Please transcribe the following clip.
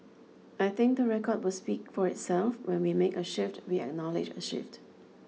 I think the record will speak for itself when we make a shift we acknowledge a shift